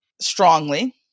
strongly